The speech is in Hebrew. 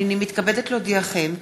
הנני מתכבדת להודיעכם,